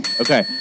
Okay